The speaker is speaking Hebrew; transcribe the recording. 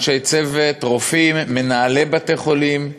אנשי צוות, רופאים, מנהלי בתי-חולים,